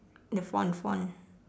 the font font